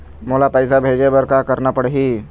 मोला पैसा भेजे बर का करना पड़ही?